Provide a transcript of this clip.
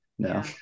No